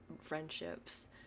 friendships